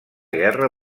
guerra